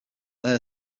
air